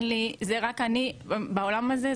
זה רק אני בעולם הזה,